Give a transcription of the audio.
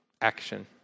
action